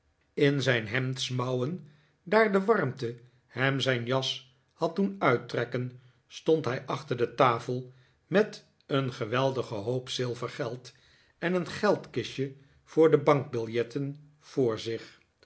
in ijn hemdsmouwen daar de warmte hem zijn jas had doen uittrekken stond hij achter de tafel met een geweldigen hoop zilvergeld en een geldkistje voor de bankbiljetten voor zich